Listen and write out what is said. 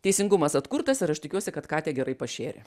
teisingumas atkurtas ir aš tikiuosi kad katę gerai pašėrė